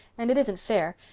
and it isn't fair,